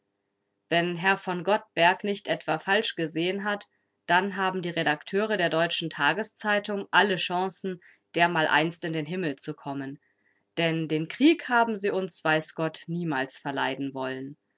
wenn herr v gottberg nicht etwa falsch gesehen hat dann haben die redakteure der deutschen tageszeitung alle chancen dermaleinst in den himmel zu kommen denn den krieg haben sie uns weiß gott niemals verleiden wollen